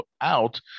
out